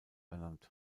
ernannt